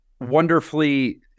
wonderfully